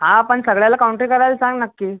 हा पण सगळ्याला कॉन्ट्री करायला सांग नक्की